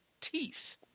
teeth